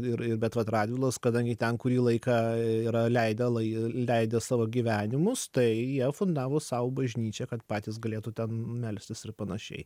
ir ir bet vat radvilos kadangi ten kurį laiką leidę savo gyvenimus tai jie fundavo sau bažnyčią kad patys galėtų ten melstis ir panašiai